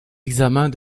examens